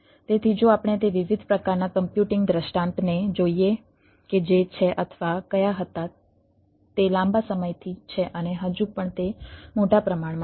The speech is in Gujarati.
તેથી જો આપણે તે વિવિધ પ્રકારના કમ્પ્યુટિંગ દૃષ્ટાંતને જોઈએ કે જે છે અથવા કયા હતા તે લાંબા સમયથી છે અને હજુ પણ તે મોટા પ્રમાણમાં છે